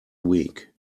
week